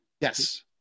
yes